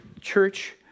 church